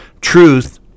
truth